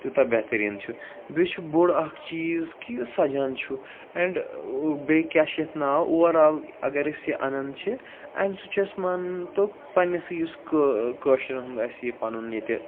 تیٛوتاہ بہتریٖن چھُ بیٚیہِ چھُ بوٚڑ اَکھ چیٖز کہِ سَجان چھُ اینٛڈ ٲں بیٚیہِ کیٛاہ چھِ یتھ ناو اوٚوَرآل اگر أسۍ یہِ اَنان چھِ اَمہِ سۭتۍ چھُ اسہِ مانۍ تو پننِسٕے یُس کٲشریٚن ہُنٛد اسہِ یہِ پَنُن ییٚتہِ